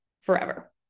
forever